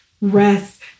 rest